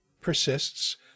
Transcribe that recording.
persists